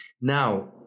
Now